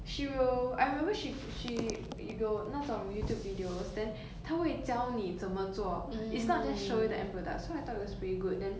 she will I remember she she 有那种 youtube videos then 她会教你怎么做 it's not just showing you the end product so I thought it was really good then